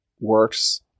works